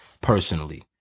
Personally